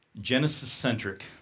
Genesis-centric